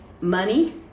money